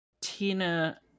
Tina